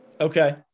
Okay